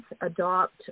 adopt